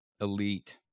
elite